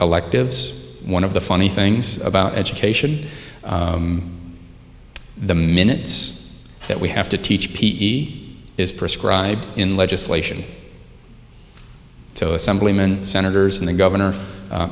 electives one of the funny things about education the minutes that we have to teach p is prescribed in legislation so assemblyman senators and the governor